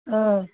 অঁ